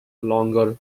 longer